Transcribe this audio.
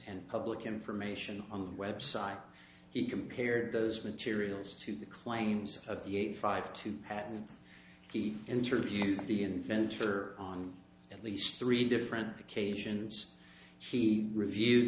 and public information on the website he compared those materials to the claims of the eighty five to patent he interviewed the inventor on at least three different occasions he review